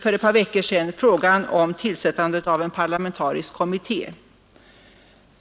för ett par veckor sedan frågan om tillsättande av en parlamentarisk kommitté.